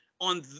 on